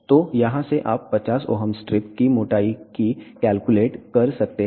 तो यहाँ से आप 50 Ω स्ट्रिप की मोटाई की कैलकुलेट कर सकते हैं